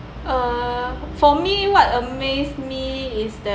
uh for me what amaze me is the